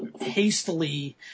hastily